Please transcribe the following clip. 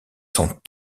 sont